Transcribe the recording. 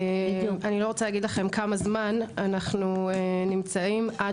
אני לא רוצה להגיד לכם כמה זמן אנחנו נמצאים עד